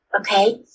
Okay